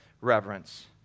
reverence